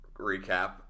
recap